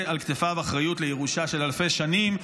על כתפיו אחריות לירושה של אלפי שנים.